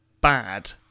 bad